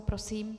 Prosím.